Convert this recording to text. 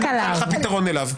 ואני אמצא לך פתרון לו.